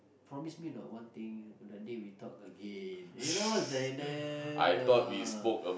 promise me or not one thing the day we talk again you know is like damn